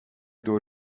door